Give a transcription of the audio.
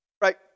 Right